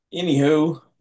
anywho